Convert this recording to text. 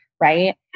right